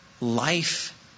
life